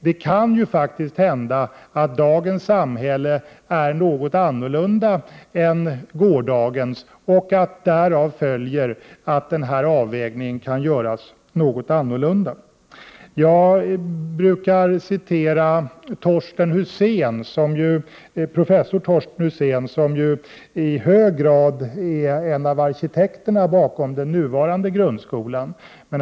Det kan faktiskt hända att dagens samhälle är ett annat än gårdagens och att därav följer att en avvägning kan göras något annorlunda. Jag brukar citera professor Torsten Husén, som ju i hög grad är en av arkitekterna bakom den nuvarande grundskolan.